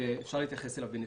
ואפשר להתייחס אליו בנפרד.